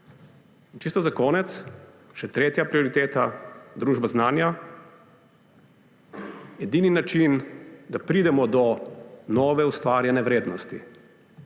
Čisto za konec še tretja prioriteta – družba znanja. Edini način, da pridemo do nove ustvarjene vrednosti.